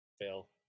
fail